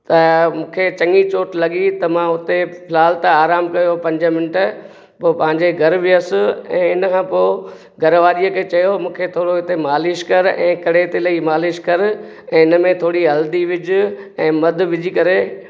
त मूंखे चंङी चोट लॻी त मां उते फ़िलहालु त आरामु कयो पंज मिंट पोइ पंहिंजे घर वियुसि ऐं इनखां पोइ घर वारीअ खे चयो मूंखे थोरो हिते मालिश कर ऐं कड़े तेल जी मालिश कर ऐं हिनमें थोरी हल्दी विझ ऐं मद विझी करे